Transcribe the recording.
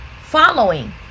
following